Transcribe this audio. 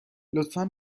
لطفا